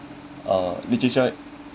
uh literature